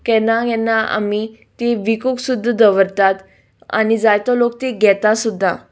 केन्ना केन्ना आमी ती विकूंक सुद्दां दवरतात आनी जायतो लोक ती घेता सुद्दां